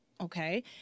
okay